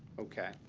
ok.